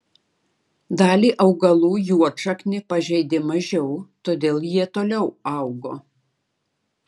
dalį augalų juodšaknė pažeidė mažiau todėl jie toliau augo